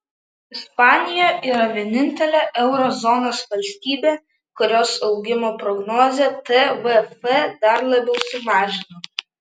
ispanija yra vienintelė euro zonos valstybė kurios augimo prognozę tvf dar labiau sumažino